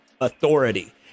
authority